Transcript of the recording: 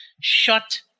Shut